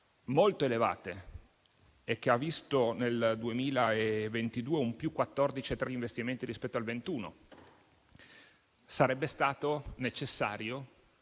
molto elevate e che ha visto, nel 2022, un più 14,3 di investimenti rispetto al 2021. Sarebbe stato necessario